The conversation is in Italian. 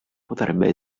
potrebbe